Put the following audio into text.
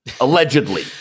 Allegedly